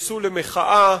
התגייסו למחאה,